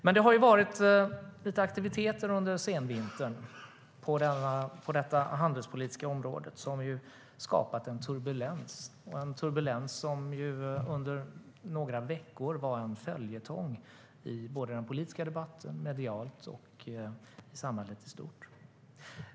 Men det har varit lite aktiviteter under senvintern på det handelspolitiska området som skapat en turbulens som under några veckor var en följetong i den politiska debatten, medialt och i samhället i stort.